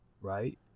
right